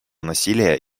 насилия